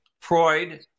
Freud